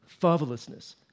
fatherlessness